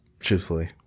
Truthfully